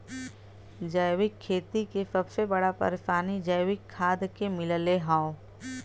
जैविक खेती के सबसे बड़ा परेशानी जैविक खाद के मिलले हौ